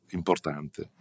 importante